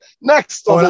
next